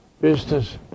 business